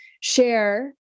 share